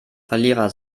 verlierer